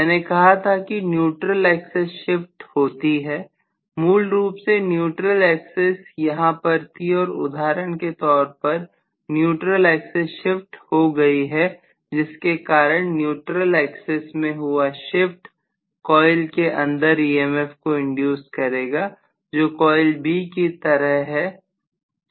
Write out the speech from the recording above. मैंने कहा था कि न्यूट्रल एक्सेस शिफ्ट होती है मूल रूप से न्यूट्रल एक्सिस यहां पर थी और उदाहरण के तौर पर न्यूट्रल एक्सेस शिफ्ट हो गई है जिसके कारण न्यूट्रल एक्सेस में हुआ शिफ्ट कॉइल के अंदर emf को इंड्यूस करेगा जो कॉइल B की तरह है जो पोल के बीच में है